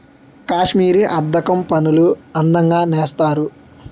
కాశ్మీరీ అద్దకం పనులు అందంగా నేస్తారు